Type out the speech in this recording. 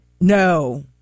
No